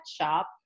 shop